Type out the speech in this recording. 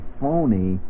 phony